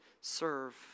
serve